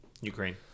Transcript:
Ukraine